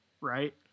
right